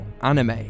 anime